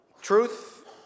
truth